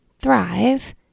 thrive